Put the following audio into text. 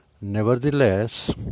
Nevertheless